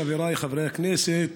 חבריי חברי הכנסת,